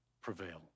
prevail